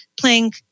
playing